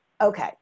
Okay